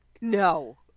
No